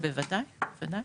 בוודאי, בוודאי.